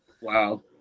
Wow